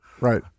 Right